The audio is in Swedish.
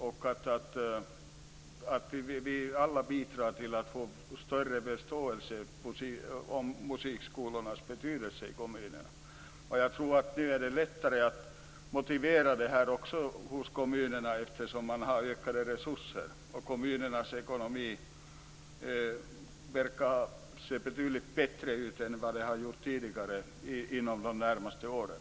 Vi måste alla bidra till att få större förståelse för musikskolornas betydelse i kommunerna. Och jag tror att det nu är lättare att motivera det här hos kommunerna eftersom de får ökade resurser och kommunernas ekonomi nu verkar se betydligt bättre ut än vad den har gjort under de senaste åren.